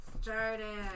started